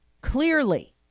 clearly